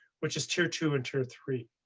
which is tier two and tier three.